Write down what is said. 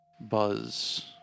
buzz